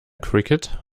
cricket